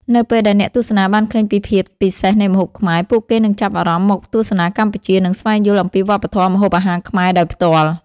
នៅពេលដែលអ្នកទស្សនាបានឃើញពីភាពពិសេសនៃម្ហូបខ្មែរ ពួកគេនឹងចាប់អារម្មណ៍មកទស្សនាកម្ពុជា និងស្វែងយល់អំពីវប្បធម៌ម្ហូបអាហារខ្មែរដោយផ្ទាល់។